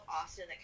Austin